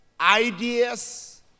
ideas